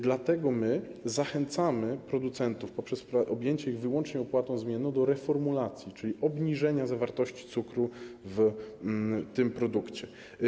Dlatego zachęcamy producentów poprzez objęcie ich wyłącznie opłatą zmienną do reformulacji, czyli obniżenia zawartości cukru w tym produkcie.